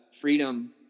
freedom